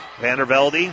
Vandervelde